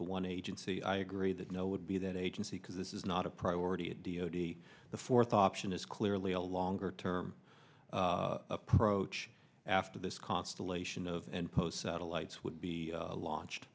the one agency i agree that no would be that agency because this is not a priority at d o t the fourth option is clearly a longer term approach after this constellation of and post satellites would be launched